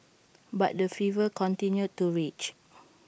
but the fever continued to rage